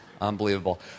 unbelievable